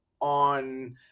on –